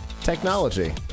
technology